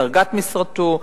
דרגת משרתו,